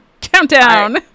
countdown